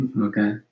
okay